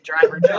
driver